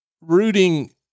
rooting